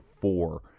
four